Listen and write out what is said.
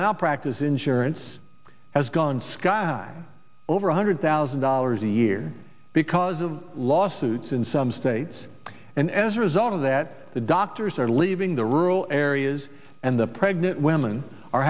malpractise insurance has gone sky high over one hundred thousand dollars a year because of lawsuits in some states and as a result of that the doctors are leaving the rural areas and the pregnant women are